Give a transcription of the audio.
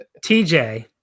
TJ